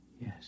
Yes